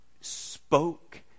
spoke